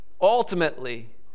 Ultimately